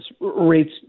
rates